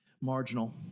marginal